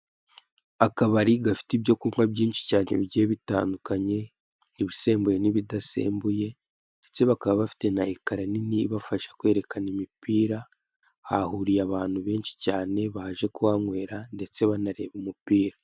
Akabari gafite ibyo kunywa byinshi cyane bigiye bitandukanye, ibisembuye n'ibidasembuye ndetse bakaba bafite na ekara nini ibafasha kwerekana imipira. Hahuriye abantu benshi cyane baje kuhanywera ndetse banareba umupira.